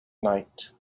night